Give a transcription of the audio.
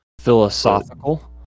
Philosophical